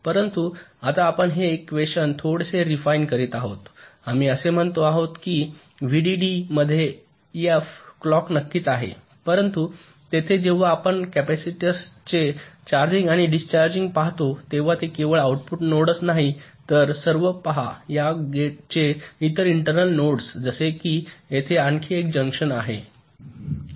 परंतु आता आपण हे एकवेशन थोडेसे रेफाईन करीत आहोत आम्ही असे म्हणतो आहोत की व्हीडीडी मध्ये एफ क्लॉक नक्कीच आहे परंतु येथे जेव्हा आपण कपॅसिटरचे चार्जिंग आणि डिस्चार्जिंग पाहतो तेव्हा ते केवळ आउटपुट नोडच नाही तर सर्व पहा या गेटचे इतर इंटर्नल नोड्स जसे येथे आणखी एक जंक्शन आहे